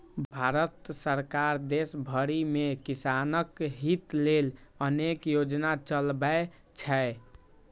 भारत सरकार देश भरि मे किसानक हित लेल अनेक योजना चलबै छै